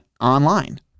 online